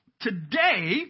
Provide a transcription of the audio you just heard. Today